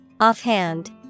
Offhand